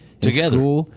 together